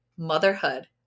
Motherhood